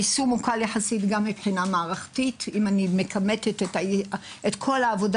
היישום הוא קל יחסית גם מבחינה מערכתית אם אני מכמתת את כל העבודה